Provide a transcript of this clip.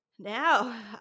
Now